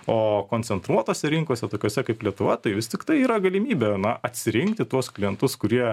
o koncentruotose rinkose tokiose kaip lietuva tai vis tiktai yra galimybė na atsirinkti tuos klientus kurie